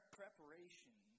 preparation